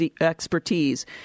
expertise